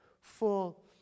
full